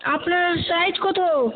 আপনার সাইজ কত